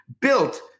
built